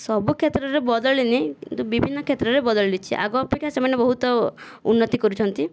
ସବୁ କ୍ଷେତ୍ରରେ ବଦଳିନି କିନ୍ତୁ ବିଭିନ୍ନ କ୍ଷେତ୍ରରେ ବଦଳିଛି ଆଗ ଅପେକ୍ଷା ସେମାନେ ବହୁତ ଉନ୍ନତି କରୁଛନ୍ତି